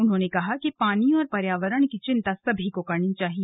उन्होंने कहा कि पानी और पर्यावरण की चिंता सभी को करनी चाहिए